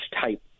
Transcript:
type